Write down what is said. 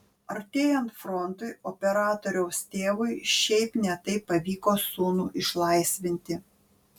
artėjant frontui operatoriaus tėvui šiaip ne taip pavyko sūnų išlaisvinti